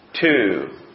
two